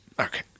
Okay